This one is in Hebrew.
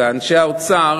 ואנשי האוצר,